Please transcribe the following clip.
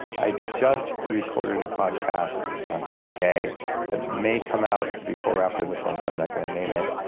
i just recorded a podcast the other day that may come out before or after this one so i'm not going to name it.